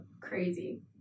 crazy